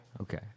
Okay